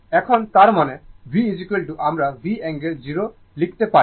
এখন তার মানে V আমরা V অ্যাঙ্গেল 0 লিখতে পারি